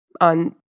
on